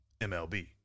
MLB